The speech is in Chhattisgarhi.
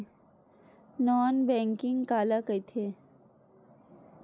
नॉन बैंकिंग काला कइथे?